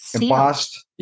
embossed